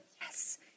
yes